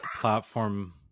platform